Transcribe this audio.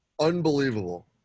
unbelievable